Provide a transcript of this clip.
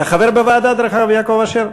אתה חבר בוועדה, חבר הכנסת יעקב אשר?